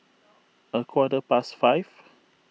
a quarter past five